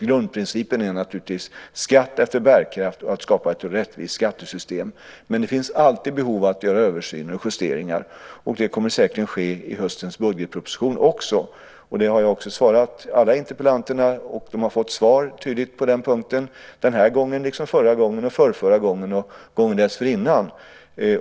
Grundprincipen är naturligtvis skatt efter bärkraft och att skapa ett rättvist skattesystem. Men det finns alltid behov av översyner och justeringar, och det kommer säkert att ske också i samband med höstens budgetproposition. Alla interpellanter har också fått ett tydligt svar på den punkten den här gången liksom förra gången, förrförra gången och gången dessförinnan.